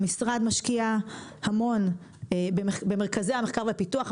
המשרד משקיע המון במרכזי המחקר והפיתוח.